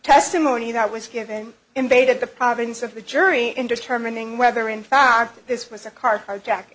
testimony that was given invaded the province of the jury in determining whether in fact this was a